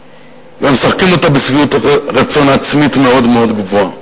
ומשחקים אותה בשביעות רצון עצמית מאוד מאוד גבוהה.